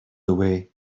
away